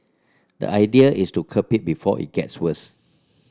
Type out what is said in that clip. the idea is to curb it before it gets worse